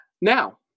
Now